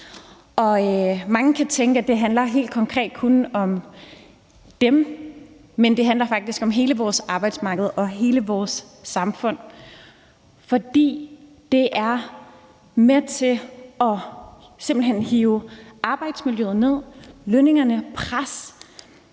Mange kan tænke, at det helt konkret kun handler om dem, men det handler faktisk om hele vores arbejdsmarked og hele vores samfund. For det er simpelt hen med til at forværre arbejdsmiljøet, presse lønningerne, det